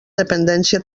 dependència